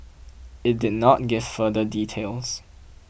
it did not give further details